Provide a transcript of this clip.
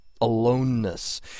aloneness